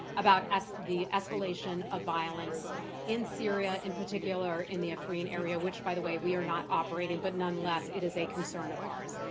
about the escalation of violence in syria, in particular in the afrin area which, by the way, we are not operating, but nonetheless, it is a concern of ours.